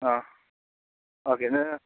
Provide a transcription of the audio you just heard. ആ ഓക്കെ എന്നാൽ